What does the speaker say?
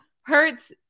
Hurts